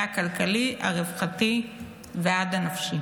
מהכלכלי והרווחתי ועד הנפשי.